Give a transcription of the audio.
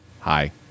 Hi